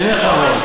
עיניך הרואות.